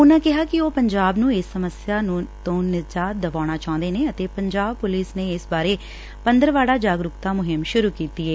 ਉਨੂਾਂ ਕਿਹਾ ਕਿ ਉਹ ਪੰਜਾਬ ਨੂੰ ਇਸ ਸਮੱਸਿਆ ਨੂੰ ਨਿਜ਼ਾਤ ਦਿਵਾਉਣਾ ਚਾਹੁੰਦੇ ਹਨ ਅਤੇ ਪੰਜਾਬ ਪੁਲੀਸ ਨੇ ਇਸਂ ਬਾਰੇ ਪੰਦਰਵਾੜਾ ਜਾਗਰੂਕਤਾ ਮੁਹਿੰਮ ਸ਼ੁਰੂ ਕੀਤੀ ਏ